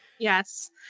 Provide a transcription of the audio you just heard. Yes